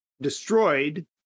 destroyed